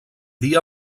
dia